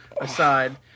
aside